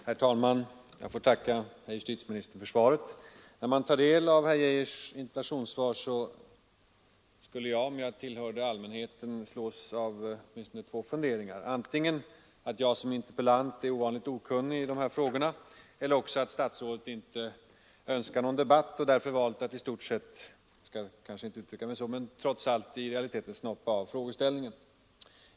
Herr talman! När man tar del av herr Geijers interpellationssvar måste man slås av vissa funderingar: antingen att jag som interpellant är ovanligt okunnig i dessa frågor eller att statsrådet inte önskar någon debatt och därför valt att i stort sett — jag borde kanske inte uttrycka mig så — i realiteten snoppa av frågeställningarna.